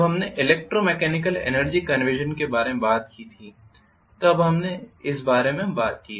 जब हमने electromechanical energy conversion के बारे में थी तब हमने इस बारे में बात की थी